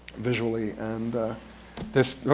visually. and this,